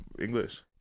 English